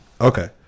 okay